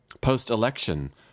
Post-election